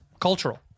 cultural